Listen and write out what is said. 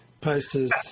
posters